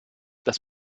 das